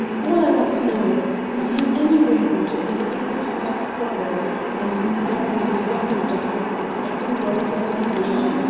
all i want to know is, have you any reason to think this part of scotland and incidentally the government of this and every well-governed realm,